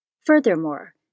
Furthermore